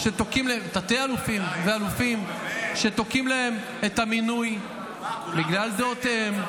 יש תתי-אלופים ואלופים שתוקעים להם את המינוי בגלל דעותיהם.